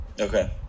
okay